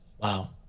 Wow